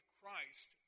Christ